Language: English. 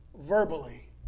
verbally